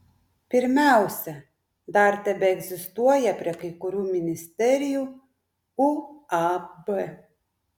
pirmiausia dar tebeegzistuoja prie kai kurių ministerijų uab